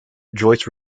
joyce